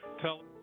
tell